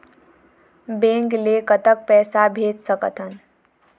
Bank ले कतक पैसा भेज सकथन?